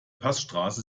passstraße